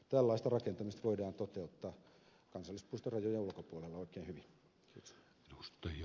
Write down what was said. tällaista rakentamista voidaan toteuttaa kansallispuiston rajojen ulkopuolella oikein hyvin